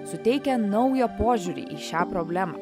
suteikia naują požiūrį į šią problemą